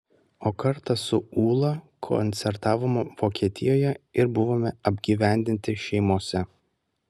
o kartą su ūla koncertavome vokietijoje ir buvome apgyvendinti šeimose